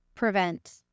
prevent